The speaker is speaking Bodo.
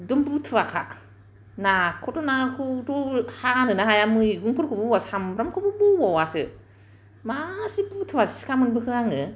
एखदम बुथुवाखा ना खौथ' ना खौथ' हानोनो हाया मैगंफोरखौबो बौआ सामब्रामखौबो बौबावासो मासे बुथुवा सिखा मोनबोखो आङो